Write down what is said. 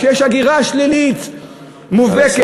כשיש הגירה שלילית מובהקת,